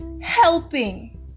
helping